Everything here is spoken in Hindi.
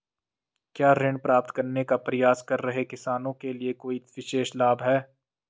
क्या ऋण प्राप्त करने का प्रयास कर रहे किसानों के लिए कोई विशेष लाभ हैं?